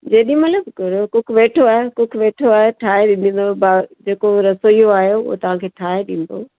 जेॾहिं महिल बि घुरो कुक वेठो आहे कुक वेठो आहे ठाहे बि ॾींदव बि जेको रसोइयो आहे उहो तव्हांखे ठाहे ॾींदो